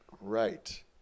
Right